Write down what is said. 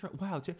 Wow